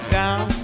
down